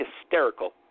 hysterical